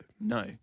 No